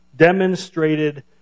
demonstrated